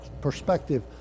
perspective